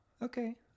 Okay